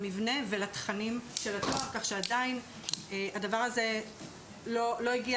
למבנה ולתכנים של התואר כך שעדיין דבר הזה לא הגיע